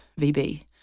vb